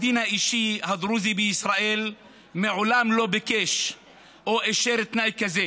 הדין האישי הדרוזי בישראל מעולם לא ביקש או אישר תנאי כזה.